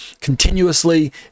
continuously